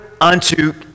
unto